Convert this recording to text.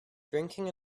drinking